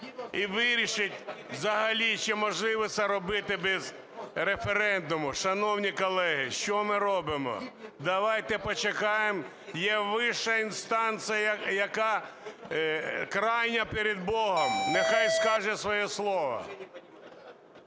і вирішить, взагалі чи можливо це робити без референдуму. Шановні колеги, що ми робимо? Давайте почекаємо. Є вища інстанція, яка крайня перед Богом, нехай скаже своє слово.